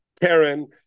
Karen